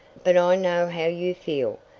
but i know how you feel,